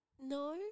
no